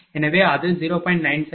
எனவே அது 0